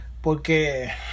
porque